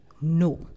No